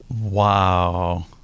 Wow